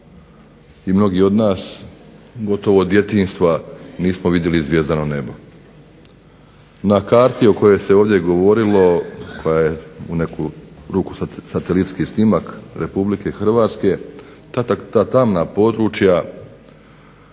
i mnogi od nas gotovo od djetinjstva nismo vidjeli zvjezdano nebo. Na karti o kojoj se ovdje govorilo koja je u neku ruku satelitski snimak Republike Hrvatske ta tamna područja